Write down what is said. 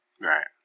right